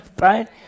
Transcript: right